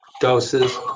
doses